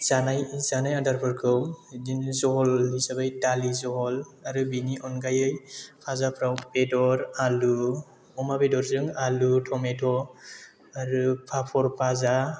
जानाय आदारफोरखौ बिदिनो झल हिसाबै दालि झल आरो बिनि अनगायै भाजाफोराव बेदर आलु अमा बेदरजों आलु टमेट' आरो पाप'र भाजा